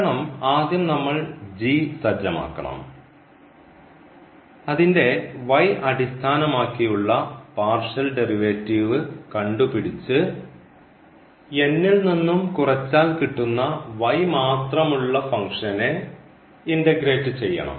കാരണം ആദ്യം നമ്മൾ സജ്ജമാക്കണം അതിൻറെ അടിസ്ഥാനമാക്കിയുള്ള പാർഷ്യൽ ഡെറിവേറ്റീവ് കണ്ടുപിടിച്ചു ൽ നിന്നും കുറച്ചാൽ കിട്ടുന്ന മാത്രമുള്ള ഫംഗ്ഷനെ ഇൻഡഗ്രേറ്റ് ചെയ്യണം